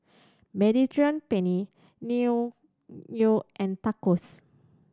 Mediterranean Penne Naengmyeon and Tacos